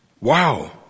wow